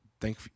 Thank